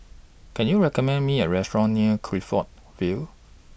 Can YOU recommend Me A Restaurant near Clifton Vale